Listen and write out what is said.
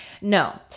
No